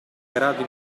grado